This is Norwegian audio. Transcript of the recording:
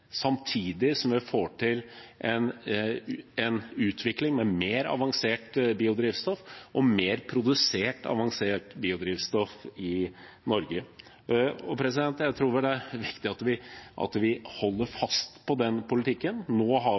samtidig som vi får til en utvikling med mer avansert biodrivstoff og mer produsert avansert biodrivstoff i Norge. Jeg tror det er viktig at vi holder fast på den poltikken. Nå har vi